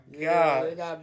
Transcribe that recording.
God